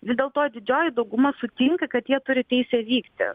vis dėlto didžioji dauguma sutinka kad jie turi teisę vykti